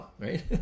right